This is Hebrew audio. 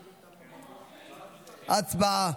הצבעה.